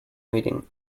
meeting